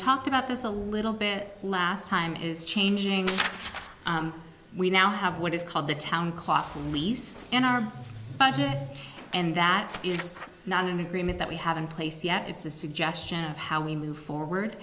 talked about this a little bit last time is changing we now have what is called the town clock police and arm and that is not in agreement that we have in place yet it's a suggestion of how we move forward